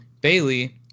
Bailey